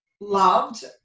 loved